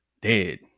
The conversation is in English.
dead